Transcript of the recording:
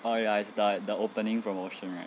oh ya it's like the opening promotion right